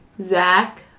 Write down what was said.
Zach